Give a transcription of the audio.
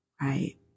right